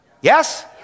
Yes